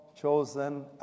chosen